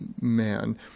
man